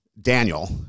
Daniel